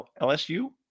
LSU